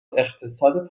اقتصاد